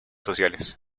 sociales